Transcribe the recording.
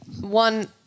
one